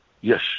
Yes